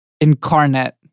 incarnate